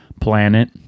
planet